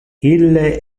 ille